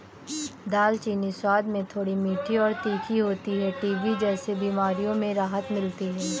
दालचीनी स्वाद में थोड़ी मीठी और तीखी होती है टीबी जैसी बीमारियों में राहत मिलती है